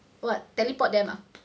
what teleport them ah